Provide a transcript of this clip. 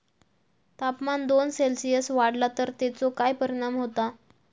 तापमान दोन सेल्सिअस वाढला तर तेचो काय परिणाम होता?